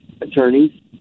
attorneys